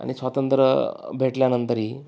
आणि स्वातंत्र्य भेटल्यानंतरही